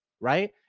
right